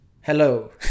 Hello